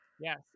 Yes